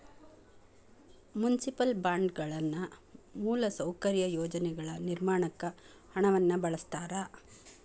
municipal ಬಾಂಡ್ಗಳನ್ನ ಮೂಲಸೌಕರ್ಯ ಯೋಜನೆಗಳ ನಿರ್ಮಾಣಕ್ಕ ಹಣವನ್ನ ಬಳಸ್ತಾರ